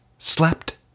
slept